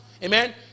Amen